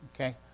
okay